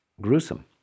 gruesome